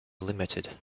limited